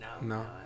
no